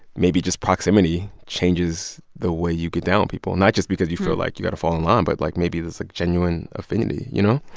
maybe just proximity changes the way you get down on people not just because you feel like you got to fall in line. but, like, maybe there's a genuine affinity, you know?